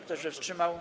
Kto się wstrzymał?